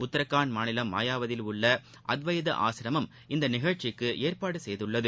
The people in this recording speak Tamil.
உத்தராகண்ட் மாநிலம் மாயாவதியில் உள்ளஅத்வைத ஆஸ்ரமம் இந்தநிகழ்ச்சிக்குஏற்பாடுசெய்துள்ளது